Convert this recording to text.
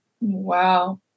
Wow